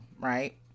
right